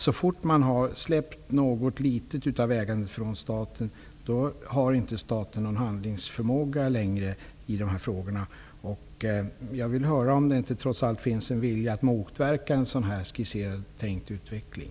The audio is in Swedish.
Så fort staten har släppt något litet av ägandet har staten inte längre någon handlingsförmåga i de här frågorna. Jag vill höra om det inte trots allt finns en vilja att motverka en sådan tänkt utveckling.